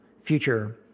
future